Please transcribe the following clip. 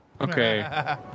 Okay